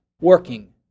working